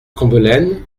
combelaine